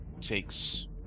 takes